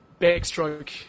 backstroke